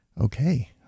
Okay